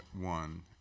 one